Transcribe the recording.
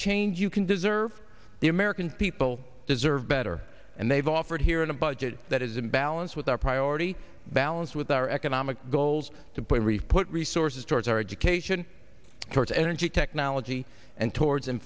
change you can deserve the american people deserve better and they've offered here in a budget that is in balance with our priority balance with our economic goals to play reef put resources towards our education towards energy technology and towards in